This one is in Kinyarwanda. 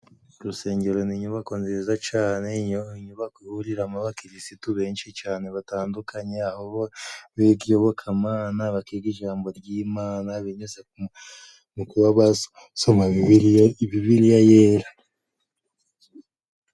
Urusengero ni inyubako nziza cane, inyubako ihuriramo abakirisitu benshi cane batandukanye, aho biga iyobokamana, bakiga ijambo ry'Imana binyuze mu kuba basoma bibiliya, bibiliya yera.